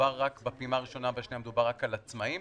בפעימה הראשונה והשנייה מדובר רק על העצמאים.